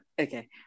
okay